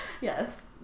Yes